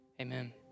Amen